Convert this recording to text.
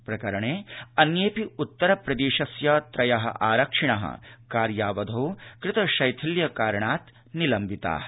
प्रकरणे अन्येऽपि उत्तरप्रदेशस्य त्रय आरक्षिण कार्यावधौ कृतशैथिल्य कारणाय निलम्बिता